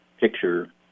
picture